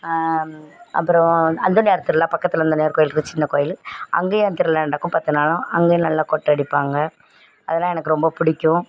அப்புறம் அந்தோனி இடத்துலலாம் பக்கத்தில் அந்த நேர்கோயில் இருக்கு சின்ன கோயில் அங்கேயும் திருவிழா நடக்கும் பத்து நாளும் அங்கேயும் நல்லா கொட்டு அடிப்பாங்க அதெலாம் எனக்கு ரொம்ப பிடிக்கும்